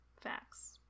Facts